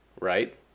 Right